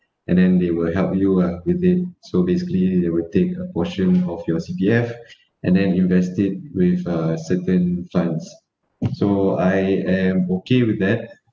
and then they will help you uh with it so basically they would take a portion of your C_P_F and then invest it with a certain funds so I am okay with that